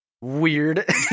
Weird